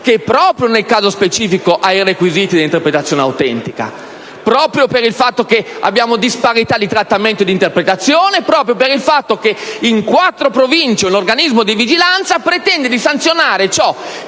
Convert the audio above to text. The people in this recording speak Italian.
che, proprio nel caso specifico, ha i requisiti dell'interpretazione autentica, proprio perché vi è disparità di trattamento e di interpretazione e proprio per il fatto che in quattro province un organismo di vigilanza pretende di sanzionare ciò